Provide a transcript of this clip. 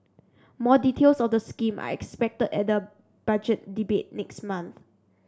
more details of the scheme are expected at the Budget Debate next month